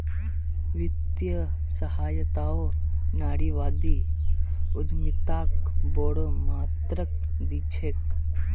वित्तीय सहायताओ नारीवादी उद्यमिताक बोरो मात्रात दी छेक